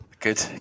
Good